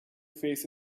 face